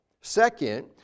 Second